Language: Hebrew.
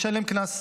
ישלם קנס.